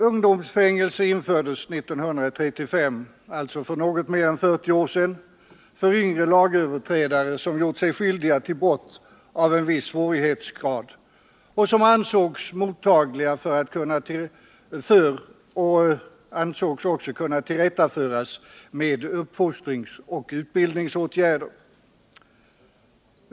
Ungdomsfängelse infördes 1935, alltså för något mer än 40 år sedan, för yngre lagöverträdare som gjort sig skyldiga till brott av viss svårighetsgrad och som ansågs vara mottagliga för och kunna tillrättaföras med uppfostringsoch utbildningsåtgärder.